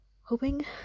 Hoping